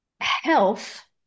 health